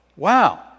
wow